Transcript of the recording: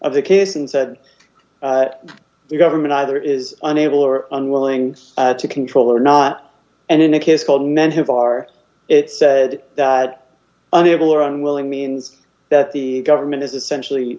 of the case and said the government either is unable or unwilling to control or not and in a case called men have are it said that unable or unwilling means that the government is essentially